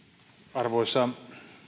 arvoisa